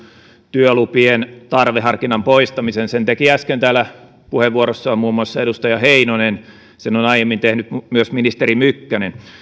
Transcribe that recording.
työlupien tarveharkinnan poistamisen sen teki äsken täällä puheenvuorossaan muun muassa edustaja heinonen sen on aiemmin tehnyt myös ministeri mykkänen